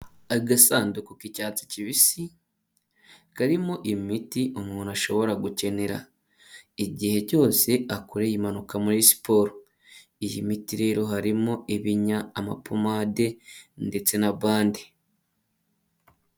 Agasanduku k'icyatsi kibisi karimo imiti umuntu ashobora gukenera igihe cyose akoreye impanuka muri siporo. Iyi mitirire harimo ibinya, amapomade ndetse na bande.